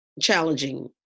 challenging